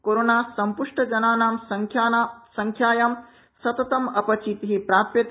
corona सम्पृष्ट जनानां संख्यायां सततं अपचिति प्राप्यते